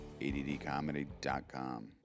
ADDCOMEDY.com